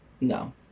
No